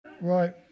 Right